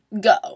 go